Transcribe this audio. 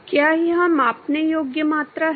क्या यह मापने योग्य मात्रा है